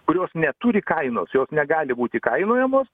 kurios neturi kainos jos negali būt įkainojamos